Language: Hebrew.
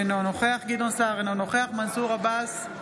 אינו נוכח גדעון סער, אינו נוכח מנסור עבאס,